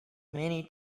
many